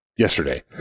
yesterday